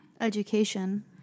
education